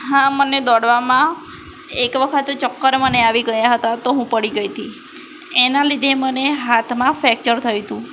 હા મને દોડવામાં એક વખત ચક્કર મને આવી ગયા હતા તો હું પડી ગઈ હતી એનાં લીધે મને હાથમાં ફેક્ચર થયું હતું